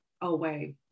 away